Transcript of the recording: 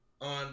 on